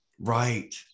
Right